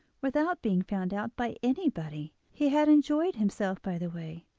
without being found out by anybody. he had enjoyed himself by the way,